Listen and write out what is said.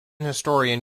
historian